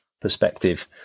perspective